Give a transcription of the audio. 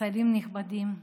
שרים נכבדים,